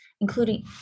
including